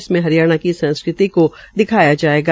इसमें हरियाणा की संस्कृति को दिखाया जायेगा